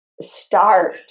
start